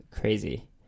crazy